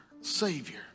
savior